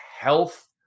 health